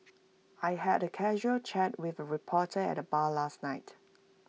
I had A casual chat with A reporter at the bar last night